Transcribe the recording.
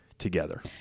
together